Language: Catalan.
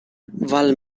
val